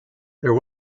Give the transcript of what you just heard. there